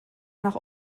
nach